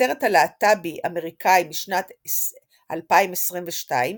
הסרט הלהט"בי–אמריקאי משנת 2022,